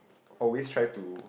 always try to